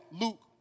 Luke